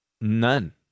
None